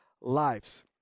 lives